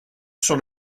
sur